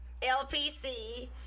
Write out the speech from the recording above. LPC